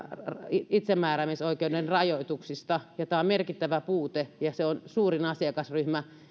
itsemääräämisoikeuden rajoituksista tämä on merkittävä puute ja se on suurin asiakasryhmä